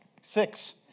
six